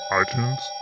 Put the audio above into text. iTunes